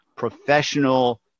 professional